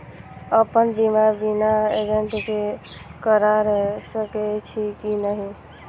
अपन बीमा बिना एजेंट के करार सकेछी कि नहिं?